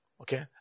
Okay